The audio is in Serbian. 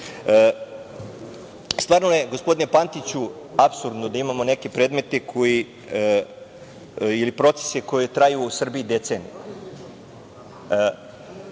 godine. Stvarno je, gospodine Pantiću, apsurdno da imamo neke predmete koji ili procese koji traju u Srbiji decenijama,